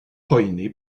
poeni